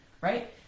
right